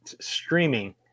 streaming